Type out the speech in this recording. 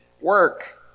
work